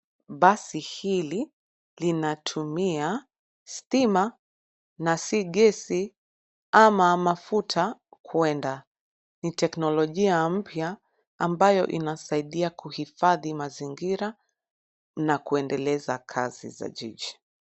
Basi hili, linatumia stima na si gesi ama mafuta kuenda. Ni teknolojia mpya, ambayo inasaidia kuhifadhi mazingira, na kuendeleza kazi za jiji.